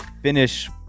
finish